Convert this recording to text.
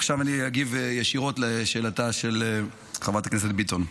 עכשיו אני אגיב ישירות לשאילתה של חברת הכנסת ביטון.